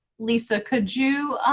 lisa could you